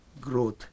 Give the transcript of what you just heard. growth